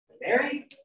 Mary